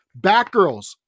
Batgirls